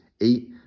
eight